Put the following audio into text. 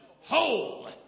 whole